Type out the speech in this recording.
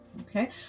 Okay